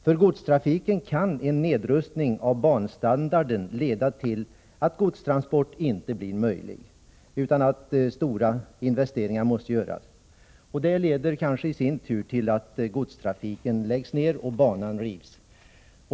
För godstrafiken kan en nedrustning av banstandarden leda till att godstransport inte blir möjlig utan att stora investeringar görs. Detta kanske i sin tur leder till att godstrafiken läggs ner och banan rivs.